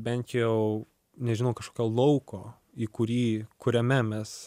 bent jau nežinau kažkokio lauko į kurį kuriame mes